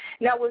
Now